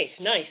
nice